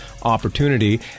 opportunity